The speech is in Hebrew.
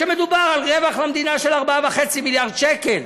שמדובר בו על רווח למדינה של 4.5 מיליארד שקל.